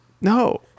No